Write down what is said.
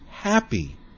happy